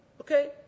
Okay